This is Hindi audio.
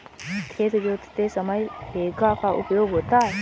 खेत जोतते समय हेंगा का उपयोग होता है